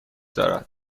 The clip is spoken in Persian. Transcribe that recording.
دارد